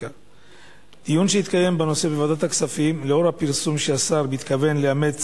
בדיון שהתקיים בנושא בוועדת הכספים לנוכח הפרסום שהשר מתכוון לאמץ